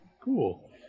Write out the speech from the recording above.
Cool